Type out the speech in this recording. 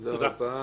תודה רבה.